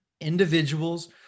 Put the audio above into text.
individuals